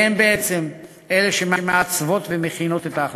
שהן בעצם אלה שמעצבות ומכינות את ההחלטות.